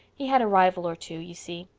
he had a rival or two, you see.